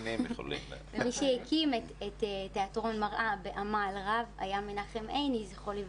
מי שהקים את תיאטרון מראה בעמל רב היה מנחם עיניי ז"ל,